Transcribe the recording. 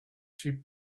she